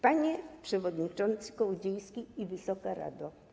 Panie Przewodniczący Kołodziejski i Wysoka Rado!